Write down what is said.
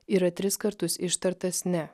yra tris kartus ištartas ne